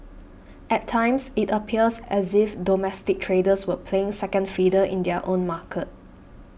at times it appears as if domestic traders were playing second fiddle in their own market